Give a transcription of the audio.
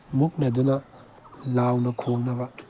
ꯃꯨꯛꯅꯗꯨꯅ ꯂꯥꯎꯅ ꯈꯣꯡꯅꯕ